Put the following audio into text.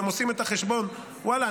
והם עושים את החשבון: ואללה,